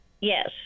Yes